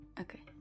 Okay